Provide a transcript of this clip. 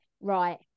right